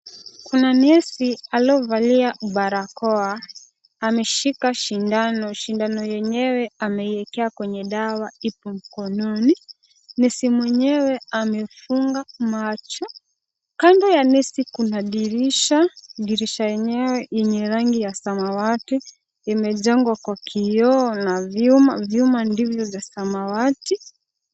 Kuna nesi aliyevalia barakoa ameshika sindano, sindano yenyewe ameiwekea kwenye dawa ipo mkononi, nesi mwenyewe amefunga macho. Kando ya nesi kuna dirisha, dirisha lenyewe lenye rangi ya samawati, limejengwa kwa kioo na vyuma, vyuma ndivyo vya samawati.